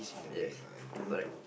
yes correct